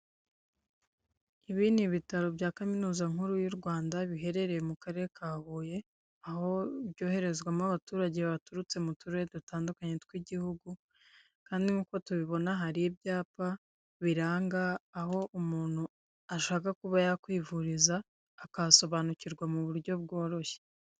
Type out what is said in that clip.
Ibi ni ibitaro bya Kaminuza nkuru y' u Rwanda biherereye mu karere ka Huye, aho byoherezwamo abaturage baturutse mu turere dutandukanye tw'igihugu kandi nk'uko tubibona hari ibyapa biranga aho umuntu ashaka kuba yakwivuriza akahasobanukirwa mu buryo bworoshye.